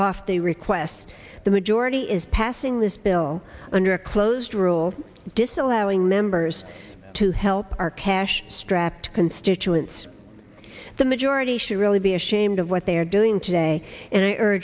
day requests the majority is passing this bill under a closed rule disallowing members to help our cash strapped constituents the majority should really be ashamed of what they are doing today and i